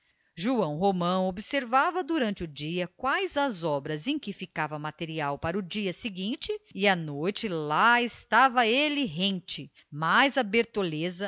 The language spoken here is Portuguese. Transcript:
joão romão observava durante o dia quais as obras em que ficava material para o dia seguinte e à noite lá estava ele rente mais a bertoleza